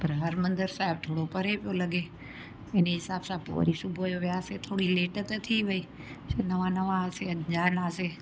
पर हर मंदर साहिब थोरो परे पियो लॻे इनीअ हिसाब सां पोइ वरी सुबुह जो वियासीं थोरी लेट त थी वई नवा नवा हुआसीं विया नासे